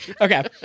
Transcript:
Okay